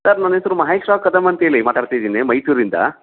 sir ನನ್ನ ಹೆಸ್ರು ಮಹೇಶ್ ರಾವ್ ಕದಮ್ ಅಂತೆಳಿ ಮಾತಾಡ್ತಿದ್ದೀನಿ ಮೈಸೂರಿಂದ